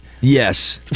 Yes